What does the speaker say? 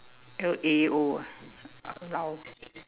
L A O ah Lao